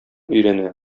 өйрәнә